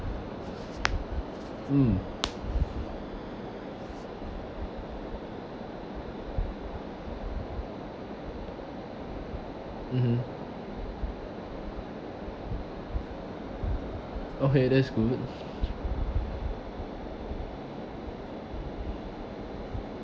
mm mmhmm okay that's good